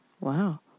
Wow